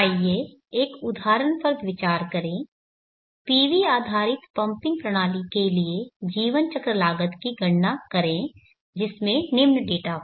आइए एक उदाहरण पर विचार करें PV आधारित पंपिंग प्रणाली के लिए जीवन चक्र लागत की गणना करें जिसमें निम्न डेटा हो